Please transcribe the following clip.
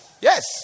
Yes